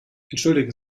entschuldigen